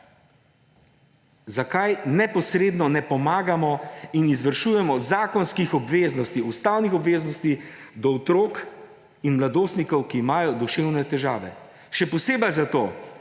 zakaj neposredno ne pomagamo in izvršujemo zakonskih obveznosti, ustavnih obveznosti do otrok in mladostnikov, ki imajo duševne težave? Še posebej zato,